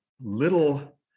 little